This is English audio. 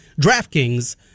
DraftKings